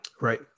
right